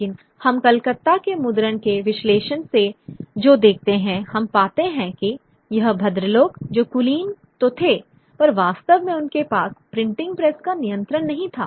लेकिन हम कलकत्ता में मुद्रण के विश्लेषण से जो देखते हैं हम पाते हैं कि यह भद्रलोक जो कुलीन तो थे पर वास्तव में उनके पास प्रिंटिंग प्रेस का नियंत्रण नहीं था